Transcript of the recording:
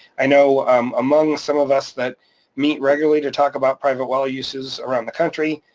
i know um among some of us that meet regularly to talk about private well uses around the country,